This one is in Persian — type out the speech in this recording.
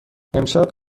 امشب